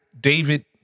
David